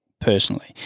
personally